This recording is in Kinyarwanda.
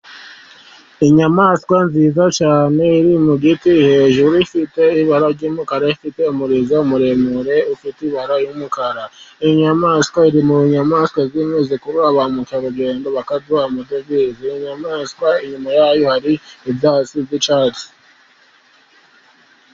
Inyamaswa nziza cyane iri mu giti hejuru, ifite ibara ry'umukara, ifite umurizo muremure, ufite ibara ry'umukara. Iyi nyamaswa iri mu nyamaswa zimwe zikurura ba mukerarugendo bakaduha amadovize. Iyi nyamaswa inyuma yayo hari ivazi ry'icyatsi.